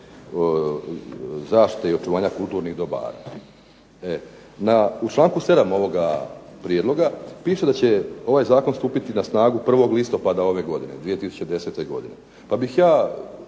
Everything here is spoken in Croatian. zaštite i očuvanju kulturnih dobara. U članku 7. ovoga prijedloga piše da će ovaj zakon stupiti na snagu 1. listopada 2010. godine, pa bih ja